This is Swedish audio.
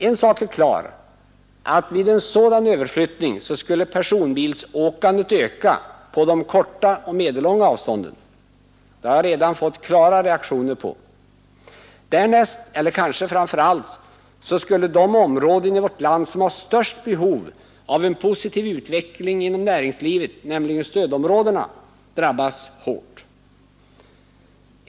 En sak är dock klar, nämligen den att vid en sådan överflyttning skulle personbilsåkandet öka på korta och medellånga avstånd. Det har jag redan fått klara reaktioner på. Därnäst, eller kanske framför allt, skulle de områden i vårt land som har det största behovet av en positiv utveckling inom näringslivet, nämligen stödområdena, drabbas mycket hårt.